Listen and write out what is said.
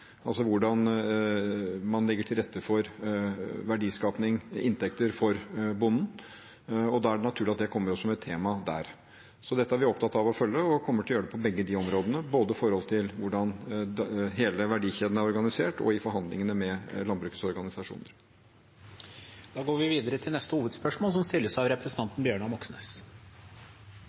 rette for verdiskaping, inntekter for bonden. Da er det naturlig at det kommer opp som et tema der. Dette er vi opptatt av å følge, og det kommer vi til å gjøre på begge de områdene, både når det gjelder hvordan hele verdikjeden er organisert, og når det gjelder forhandlingene med landbrukets organisasjoner. Vi går videre til neste hovedspørsmål.